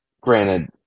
granted